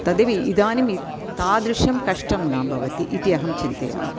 तद्विद् इदानीं तादृशं कष्टं न भवति इति अहं चिन्तयामि